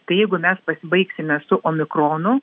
tai jeigu mes pasibaigsime su omikronu